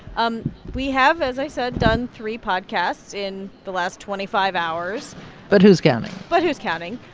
um we have, as i said, done three podcasts in the last twenty five hours but who's counting? but who's counting?